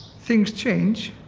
things change.